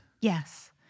Yes